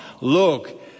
Look